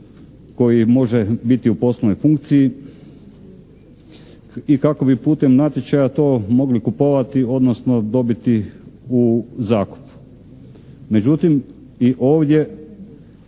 koji može biti u poslovnoj funkciji i kako bi putem natječaja to mogli kupovati, odnosno dobiti u zakup.